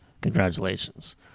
Congratulations